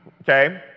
Okay